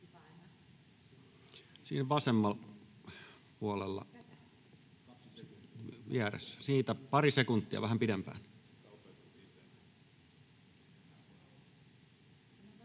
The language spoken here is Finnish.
Siinä vasemmalla puolella, vieressä, pari sekuntia, vähän pidempään.